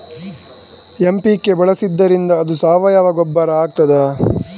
MPK ಬಳಸಿದ್ದರಿಂದ ಅದು ಸಾವಯವ ಗೊಬ್ಬರ ಆಗ್ತದ?